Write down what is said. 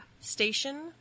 Station